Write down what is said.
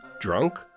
drunk